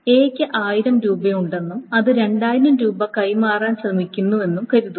Aയ്ക്ക് 1000 രൂപയുണ്ടെന്നും അത് 2000 രൂപ കൈമാറാൻ ശ്രമിക്കുന്നുവെന്നും കരുതുക